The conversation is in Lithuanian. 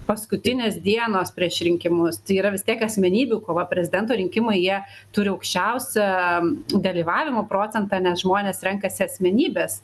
paskutinės dienos prieš rinkimus tai yra vis tiek asmenybių kova prezidento rinkimai jie turi aukščiausią dalyvavimo procentą nes žmonės renkasi asmenybes